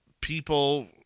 people